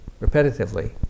repetitively